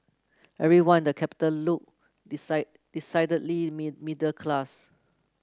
everyone in the capital looked decide decidedly mid middle class